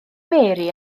mary